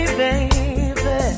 baby